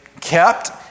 kept